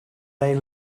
they